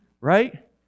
Right